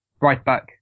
Right-back